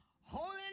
holy